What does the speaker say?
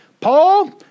Paul